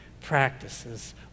practices